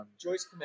Joyce